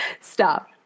stop